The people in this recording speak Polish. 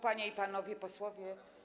Panie i Panowie Posłowie!